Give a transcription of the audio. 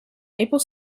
maple